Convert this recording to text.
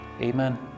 Amen